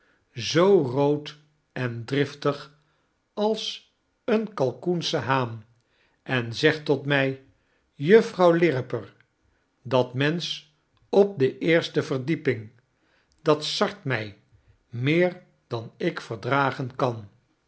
zoo rood en driftig als een kalkoensche haanenzegttotmy juffrouw lirriper dat mensch op de eerste verdieping daar sart mij meer dan ik verdragen kan